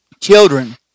children